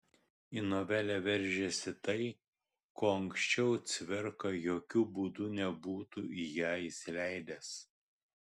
į novelę veržiasi tai ko anksčiau cvirka jokiu būdu nebūtų į ją įsileidęs